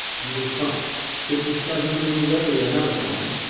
you will trust sydney's judgment more readily another time.